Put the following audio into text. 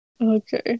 Okay